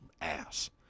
ass